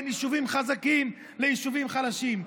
בין יישובים חזקים ליישובים חלשים,